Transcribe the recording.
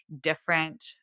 different